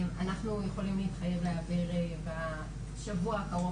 אנחנו יכולים להתחייב להעביר בשבוע הקרוב